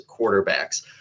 quarterbacks